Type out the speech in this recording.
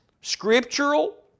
Scriptural